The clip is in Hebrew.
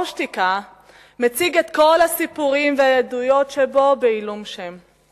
שתיקה מציג את כל הסיפורים והעדויות שלו בעילום שם.